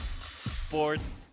Sports